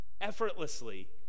effortlessly